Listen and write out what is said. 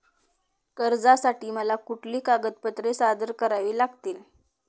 कर्जासाठी मला कुठली कागदपत्रे सादर करावी लागतील?